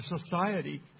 society